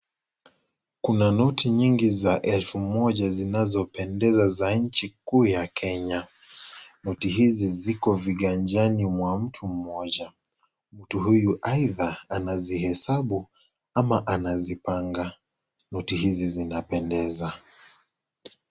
Kuna noti nyingi za elfu moja zinazopendeza za nchi kuu ya Kenya. Noti hizi ziko viganjani mwa mtu mmoja. Mtu huyu haidha anazihesabu ama anazipanga. Noti hizi zinapendeza.